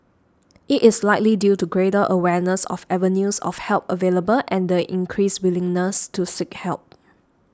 it is likely due to greater awareness of avenues of help available and the increased willingness to seek help